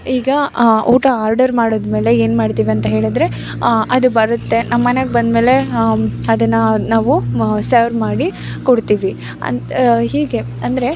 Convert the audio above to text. ಈಗ ಊಟ ಆರ್ಡರ್ ಮಾಡಾದ್ಮೇಲೆ ಏನು ಮಾಡ್ತೀವಿ ಅಂತ ಹೇಳಿದರೆ ಅದು ಬರುತ್ತೆ ನಮ್ಮನೆಗೆ ಬಂದ್ಮೇಲೆ ಅದನ್ನ ನಾವು ಮ ಸರ್ವ್ ಮಾಡಿ ಕೊಡ್ತೀವಿ ಅಂತ ಹೀಗೆ ಅಂದರೆ